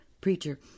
Preacher